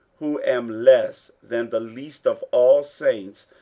who am less than the least of all saints,